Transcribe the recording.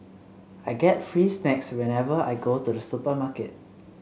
I get free snacks whenever I go to the supermarket